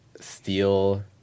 steal